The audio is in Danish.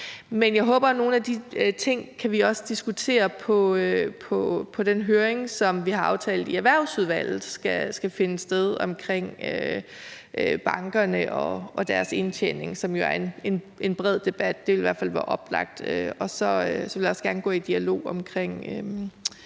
Men jeg håber, at vi også kan diskutere nogle af de ting ved den høring, som vi har aftalt i Erhvervsudvalget skal finde sted, omkring bankerne og deres indtjening, som jo er en bred debat. Det vil i hvert fald være oplagt. Og så vil jeg også gerne gå i dialog omkring